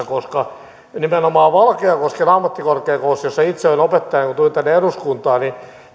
koska nimenomaan valkeakosken ammattikorkeakoulussa jossa itse olin opettajana kun tulin tänne eduskuntaan